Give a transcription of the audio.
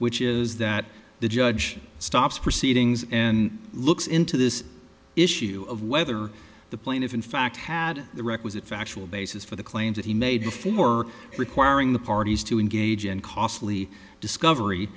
which is that the judge stops proceedings and looks into this issue of whether the plaintiff in fact had the requisite factual basis for the claim that he made before requiring the parties to engage in costly discovery